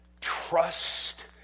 trust